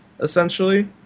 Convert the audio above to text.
essentially